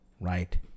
right